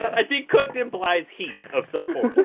i think cooked implies heat of some form.